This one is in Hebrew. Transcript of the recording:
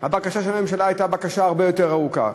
הבקשה של הממשלה הייתה בקשה הרבה יותר ארוכה,